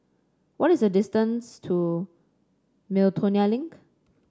what is the distance to Miltonia Link